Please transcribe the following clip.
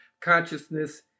consciousness